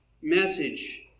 message